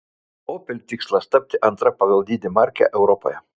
opel tikslas tapti antra pagal dydį marke europoje